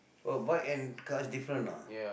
oh but and cars different ah